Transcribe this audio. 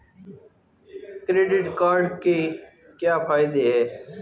Credit card के क्या फायदे हैं?